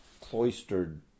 cloistered